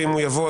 ואם הוא יבוא,